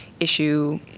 Issue